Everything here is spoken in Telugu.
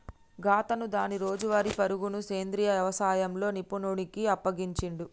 గాతను దాని రోజువారీ పరుగును సెంద్రీయ యవసాయంలో నిపుణుడికి అప్పగించిండు